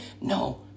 no